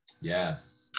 Yes